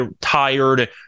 tired